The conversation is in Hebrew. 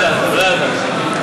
לא ידעת, לא ידעת.